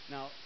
Now